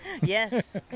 Yes